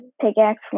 pickaxe